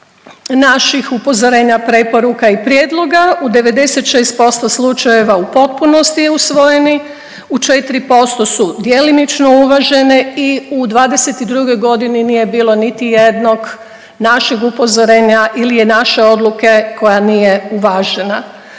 naših upozorenja, preporuka i prijedloga u 96% slučajeva u potpunosti je usvojih, u 4% su djelomično uvažene i u '22. godini nije bilo niti jednog našeg upozorenja ili je naše odluke koja nije uvažena.